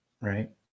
Right